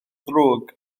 ddrwg